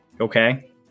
Okay